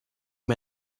mir